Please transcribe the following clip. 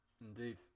Indeed